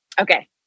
Okay